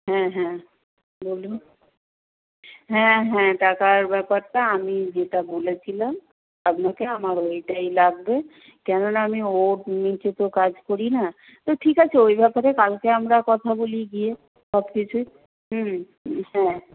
হ্যাঁ হ্যাঁ বলুন হ্যাঁ হ্যাঁ টাকার ব্যাপারটা আমি যেটা বলেছিলাম আপনাকে আমার ওইটাই লাগবে কেন না আমি ওর নিচে তো কাজ করি না তো ঠিক আছে ওই ব্যাপারে কালকে আমরা কথা বলি গিয়ে সব কিছুই হ্যাঁ